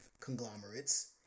conglomerates